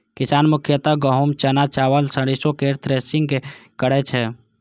किसान मुख्यतः गहूम, चना, चावल, सरिसो केर थ्रेसिंग करै छै